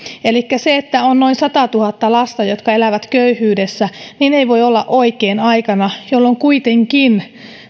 se että on noin satatuhatta lasta jotka elävät köyhyydessä ei voi olla oikein aikana jolloin kuitenkin